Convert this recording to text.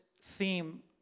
theme